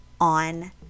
on